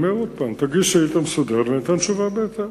אני אומר עוד פעם: תגיש שאילתא מסודרת ואתן תשובה בהתאם,